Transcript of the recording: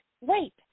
wait